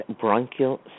bronchial